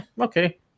okay